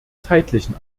zeitlichen